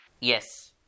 Yes